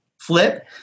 flip